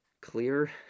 clear